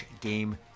game